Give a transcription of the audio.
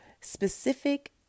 specific